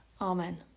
Amen